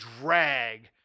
drag